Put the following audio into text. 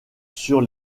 sur